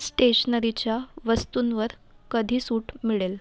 स्टेशनरीच्या वस्तूंवर कधी सूट मिळेल